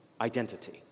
identity